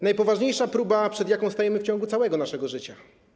Najpoważniejsza próba, przed jaką stajemy w ciągu całego naszego życia.